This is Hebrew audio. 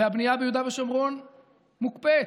והבנייה ביהודה ושומרון מוקפאת,